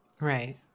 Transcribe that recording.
Right